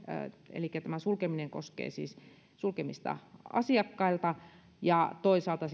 elikkä tämä sulkeminen koskee siis sulkemista asiakkailta ja toisaalta